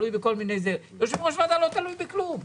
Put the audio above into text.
אבל יושב ראש ועדה לא תלוי בכלום.